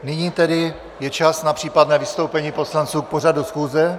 Nyní tedy je čas na případné vystoupení poslanců k pořadu schůze.